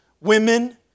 women